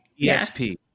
ESP